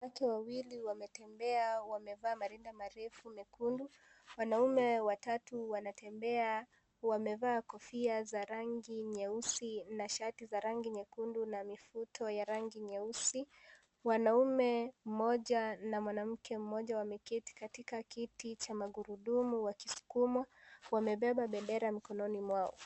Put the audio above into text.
Watu wawili wametembea, wamevaa marinda marefu mekundu, wanaume watatu wanatembea wamevaa kofia za rangi nyeusi na shati za rangi nyekundu na mifuto ya rangi nyeusi, wanaume mmoja na mwanamke mmoja wameketi katika kiti cha magurudumu wakisukumwa, wamebeba bendera mikononi mwao.